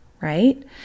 right